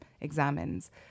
examines